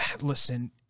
Listen